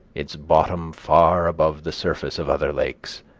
its bottom far above the surface of other lakes,